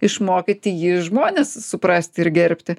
išmokyti jį žmones suprasti ir gerbti